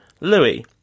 Louis